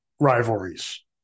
rivalries